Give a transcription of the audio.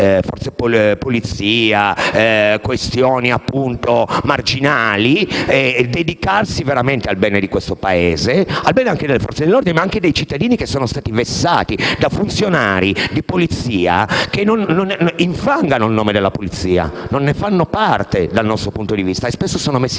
la Polizia - questioni appunto marginali - per dedicarsi veramente al bene del Paese, al bene delle Forze dell'ordine, ma anche dei cittadini che sono stati vessati da funzionari di Polizia che infangano il nome della Polizia stessa e non ne fanno parte dal nostro punto di vista, e spesso sono messi